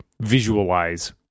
visualize